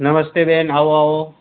નમસ્તે બેન આવો આવો